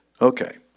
Okay